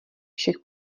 všech